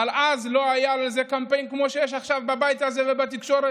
אבל אז לא היה לזה קמפיין כמו שיש עכשיו בבית הזה ובתקשורת,